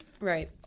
right